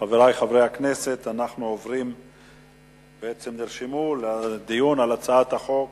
חברי חברי הכנסת, נרשמו לדיון על הצעת החוק